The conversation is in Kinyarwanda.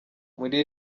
muri